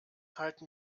halten